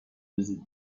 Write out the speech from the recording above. روزی